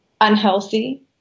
unhealthy